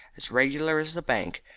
as regular as the bank.